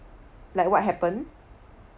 like what happen